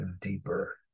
deeper